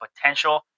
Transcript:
potential